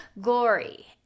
glory